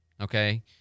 Okay